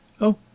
Oh